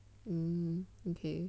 um ok